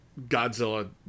Godzilla